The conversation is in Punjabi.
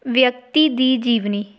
ਵਿਅਕਤੀ ਦੀ ਜੀਵਨੀ